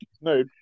No